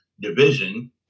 Division